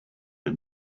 for